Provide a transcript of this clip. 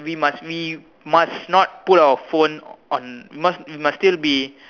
we must we must not put our phone on we must we must still be